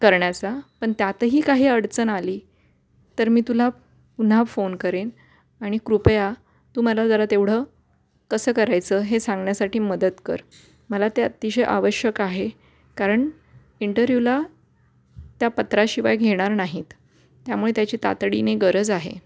करण्याचा पण त्यातही काही अडचण आली तर मी तुला पुन्हा फोन करेन आणि कृपया तू मला जरा तेवढं कसं करायचं हे सांगण्यासाठी मदत कर मला ते अतिशय आवश्यक आहे कारण इंटरव्ह्यूला त्या पत्राशिवाय घेणार नाहीत त्यामुळे त्याची तातडीने गरज आहे